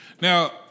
Now